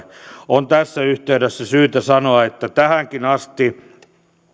on tässä yhteydessä syytä sanoa että tähänkin asti yleisradion hallintoneuvosto on ollut